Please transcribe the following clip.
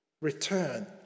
Return